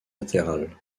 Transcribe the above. latérales